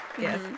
Yes